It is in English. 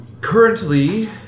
Currently